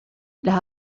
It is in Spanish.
las